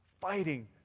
fighting